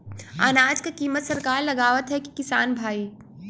अनाज क कीमत सरकार लगावत हैं कि किसान भाई?